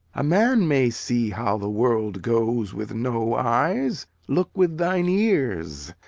a man may see how the world goes with no eyes. look with thine ears.